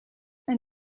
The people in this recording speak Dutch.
een